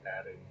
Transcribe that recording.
adding